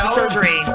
surgery